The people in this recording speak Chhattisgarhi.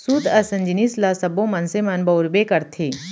सूत असन जिनिस ल सब्बो मनसे मन बउरबे करथे